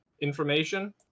information